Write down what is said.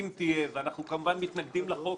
אם תהיה ואנחנו כמובן מתנגדים לחוק